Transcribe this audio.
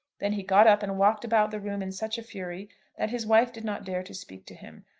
then he got up and walked about the room in such a fury that his wife did not dare to speak to him.